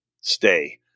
stay